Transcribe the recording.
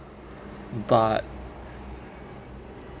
but